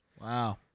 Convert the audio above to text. Wow